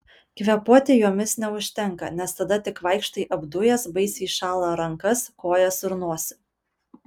kvėpuoti jomis neužtenka nes tada tik vaikštai apdujęs baisiai šąla rankas kojas ir nosį